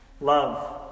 Love